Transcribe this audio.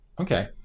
Okay